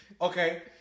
Okay